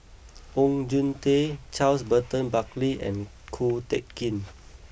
Oon Jin Teik Charles Burton Buckley and Ko Teck Kin